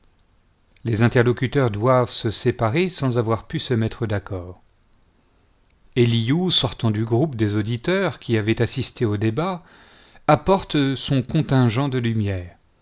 les interlocuteurs doivent se séparer sans avoir pu se mettre d'accord éliu sortant du groupe des auditeurs qui avaient assisté au débat apporte son contingent de lumière